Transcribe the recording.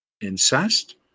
incest